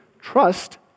trust